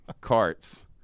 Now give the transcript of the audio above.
Carts